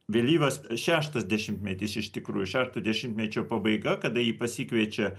vėlyvas šeštas dešimtmetis iš tikrųjų šešto dešimtmečio pabaiga kada jį pasikviečia